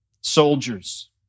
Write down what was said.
soldiers